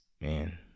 man